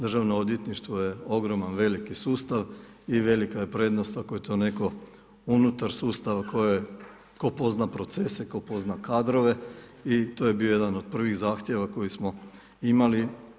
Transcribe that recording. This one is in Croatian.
Državno odvjetništvo je ogroman, veliki sustav i velika je prednost ako je to netko unutar sustava tko pozna procese, tko pozna kadrove i to je bio jedan od prvih zahtjeva koji smo imali.